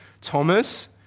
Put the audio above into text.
Thomas